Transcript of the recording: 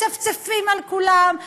מצפצפים על כולם,